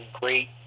great